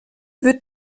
wird